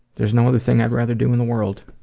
there's no other thing i'd rather do in the world.